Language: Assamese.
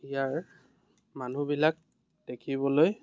ইয়াৰ মানুহবিলাক দেখিবলৈ